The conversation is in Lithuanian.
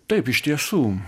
taip iš tiesų